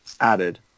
added